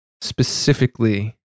specifically